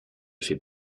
fait